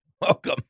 Welcome